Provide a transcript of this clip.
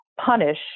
punish